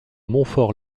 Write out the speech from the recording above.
montfort